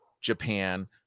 Japan